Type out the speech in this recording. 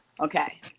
Okay